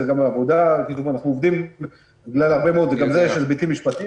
אנחנו עובדים הרבה גם בהיבטים משפטיים